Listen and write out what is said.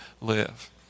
live